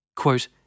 quote